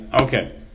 okay